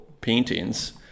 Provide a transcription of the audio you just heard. paintings